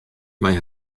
mei